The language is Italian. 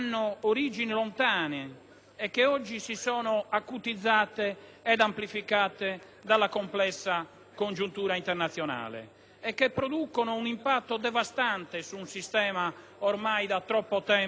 e che oggi si sono acutizzate e amplificate a seguito della complessa congiuntura internazionale e che producono un impatto devastante su un sistema ormai da troppo tempo in equilibrio precario.